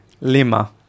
Lima